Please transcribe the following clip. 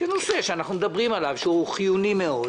זה נושא שאנחנו מדברים עליו ושהוא חיוני מאוד